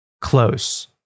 close